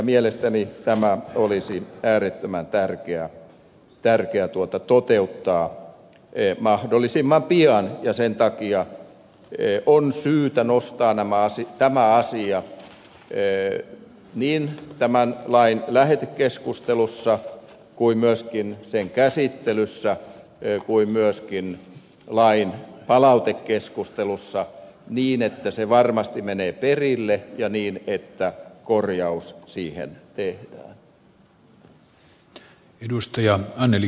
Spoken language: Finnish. mielestäni tämä olisi äärettömän tärkeää toteuttaa mahdollisimman pian ja sen takia on syytä nostaa tämä asia niin tämän lain lähetekeskustelussa kuin myös sen käsittelyssä kuin myöskin lain palautekeskustelussa niin että se varmasti menee perille ja niin että korjaus siihen tehdään